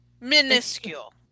minuscule